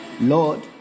Lord